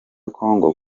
congo